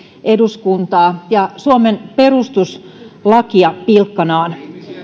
eduskuntaa ja suomen perustuslakia pilkkanaan